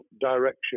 direction